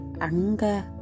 anger